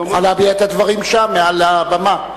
תוכל להביע את הדברים שם מעל הבמה.